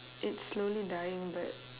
it's slowly dying but